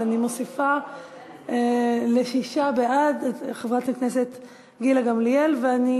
אבל אני מוסיפה את חברת הכנסת גילה גמליאל: בעד,